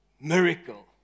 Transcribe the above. Miracle